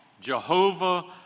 Jehovah